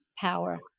power